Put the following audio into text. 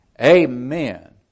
Amen